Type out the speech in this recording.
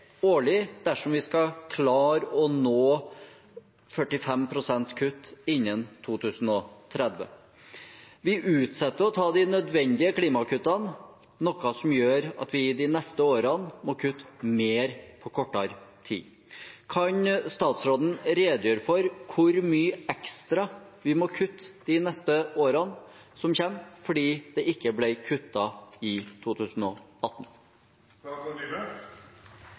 årlig dersom vi skal klare å nå 45 pst. kutt i 2030. Vi utsetter å ta de nødvendige klimakuttene, noe som gjør at vi i de neste årene må kutte mer på kortere tid. Kan statsråden redegjøre for hvor mye ekstra vi må kutte de årene som kommer, fordi det ikke ble kuttet i